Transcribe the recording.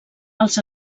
els